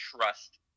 trust